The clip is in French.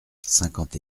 cinquante